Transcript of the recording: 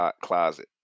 closet